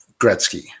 Gretzky